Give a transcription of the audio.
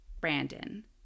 Brandon